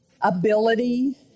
ability